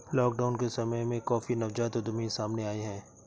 lockdown के समय में काफी नवजात उद्यमी सामने आए हैं